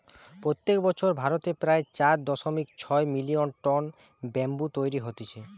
প্রত্যেক বছর ভারতে প্রায় চার দশমিক ছয় মিলিয়ন টন ব্যাম্বু তৈরী হতিছে